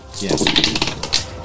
Yes